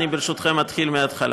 טוב, אז אני, ברשותכם, זה לא בסדר.